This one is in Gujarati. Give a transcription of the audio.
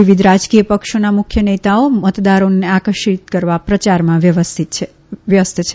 વિવીધ રાજકીય પક્ષોના મુખ્ય નેતાઓ મતદારોને આકર્ષિત કરવા પ્રચારમાં વ્યસ્ત છે